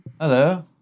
hello